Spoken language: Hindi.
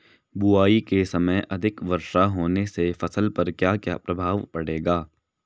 बुआई के समय अधिक वर्षा होने से फसल पर क्या क्या प्रभाव पड़ेगा?